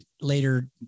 later